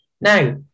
Now